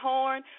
Horn